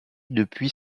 depuis